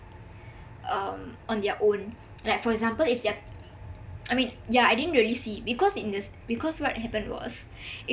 um on their own like for example if their I mean yah I didn't really see because in this because what happened was